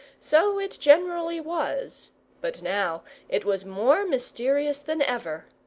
so it generally was but now it was more mysterious than ever.